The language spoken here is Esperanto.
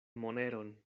moneron